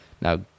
Now